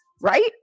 Right